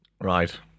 Right